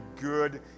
good